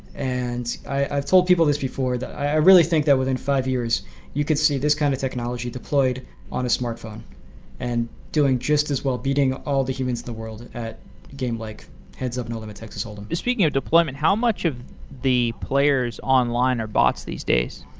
and i've told people this before, that i really think that within five years you could see this kind of technology deployed on a smartphone and doing just as well beating all the humans of the world at a game like heads-up no limit texas hold em speaking of deployment, how much of the players online are bots these days?